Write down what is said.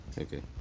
Okay